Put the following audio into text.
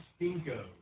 Stinko